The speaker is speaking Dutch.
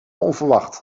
onverwacht